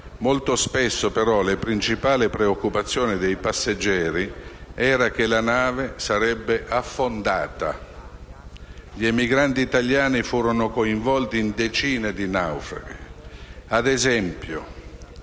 molto spesso, però, la principale preoccupazione dei passeggeri era che la nave sarebbe affondata. Gli emigranti italiani furono coinvolti in decine di naufragi,